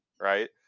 right